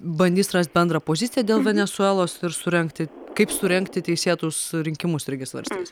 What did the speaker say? bandys rast bendrą poziciją dėl venesuelos ir surengti kaip surengti teisėtus rinkimus irgi svarstys